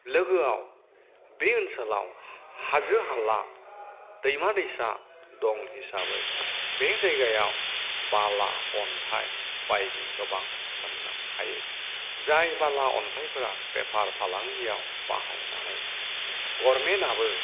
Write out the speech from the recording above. लोगोआव बे ओनसोलाव हाजो हाला दैमा दैसा दं हिसाबै बे जायगायाव बाला अन्थाय बायदि गोबां मोननो हायो जाय बाला अन्थायफोरा बेफार फालांगियाव बाहायनानै गरमेनाबो